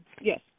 yes